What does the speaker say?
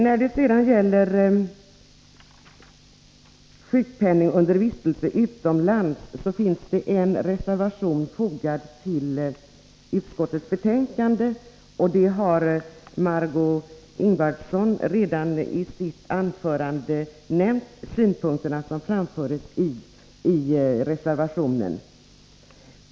När det sedan gäller sjukpenning under vistelse utomlands finns en reservation fogad till utskottets betänkande. Margö Ingvardsson har redan i sitt anförande nämnt de synpunkter som framförs i reservationen.